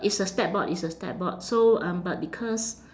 it's a stat board it's a stat board so um but because